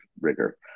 rigor